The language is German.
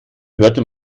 hörte